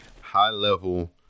High-level